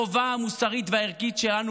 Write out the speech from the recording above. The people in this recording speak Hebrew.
החובה המוסרית והערכית שלנו,